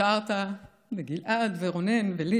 השארת לגלעד, לרונן ולי